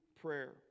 prayer